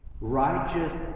Righteous